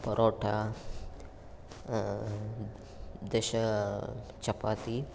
परोठ दश चपाति